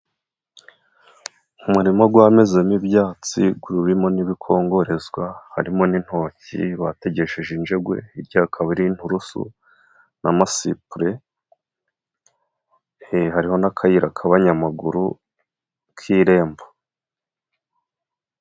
Umurima gwamezemo ibyatsi gurimo n'ibikongorezwa harimo n'intoki bategesheje injegwe hirya haka hari inturusu na masipure he hari n'akayira k'abanyamaguru k'irembo.